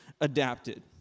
adapted